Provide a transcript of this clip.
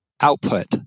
output